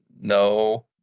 No